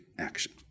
action